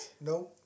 No